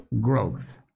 growth